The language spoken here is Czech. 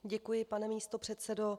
Děkuji, pane místopředsedo.